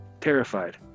terrified